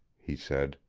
he said.